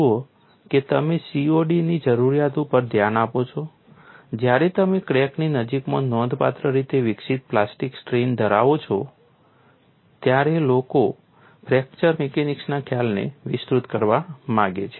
જુઓ કે તમે COD ની જરૂરિયાત ઉપર ધ્યાન આપો છો જ્યારે તમે ક્રેકની નજીકમાં નોંધપાત્ર રીતે વિકસિત પ્લાસ્ટિક સ્ટ્રેઇન ધરાવો છો ત્યારે લોકો ફ્રેક્ચર મિકેનિક્સના ખ્યાલોને વિસ્તૃત કરવા માગે છે